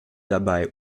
dabei